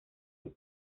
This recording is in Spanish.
este